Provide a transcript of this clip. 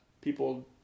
people